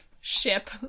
ship